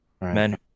men